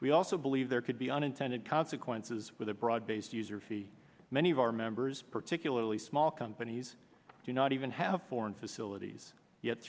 we also believe there could be unintended consequences with a broad based user fee many of our members particularly small companies do not even have foreign facilities yet